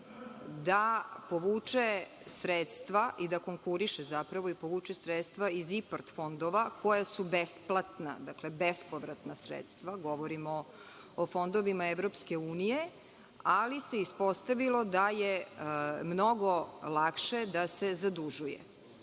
da povuče sredstva, zapravo da konkuriše i povuče sredstva iz IPARD fondova koja su besplatna, dakle bespovratna sredstva, govorimo o fondovima EU, ali se ispostavilo da je mnogo lakše da se zadužuje.